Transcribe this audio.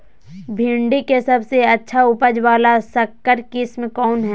भिंडी के सबसे अच्छा उपज वाला संकर किस्म कौन है?